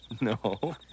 No